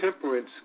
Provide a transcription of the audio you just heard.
temperance